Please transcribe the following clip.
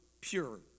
pure